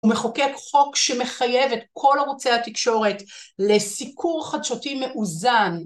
ומחוקק חוק שמחייב את כל ערוצי התקשורת לסיקור חדשותי מאוזן